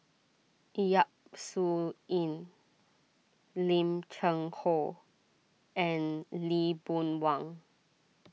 Yap Su Yin Lim Cheng Hoe and Lee Boon Wang